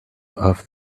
off